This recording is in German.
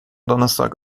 donnerstag